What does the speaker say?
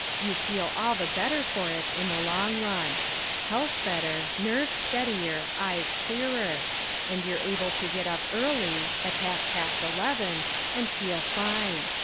you feel all the better for it in the long run health better, nerves steadier, eyes clearer and you're able to get up early at half-past eleven and feel fine.